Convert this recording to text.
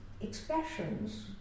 expressions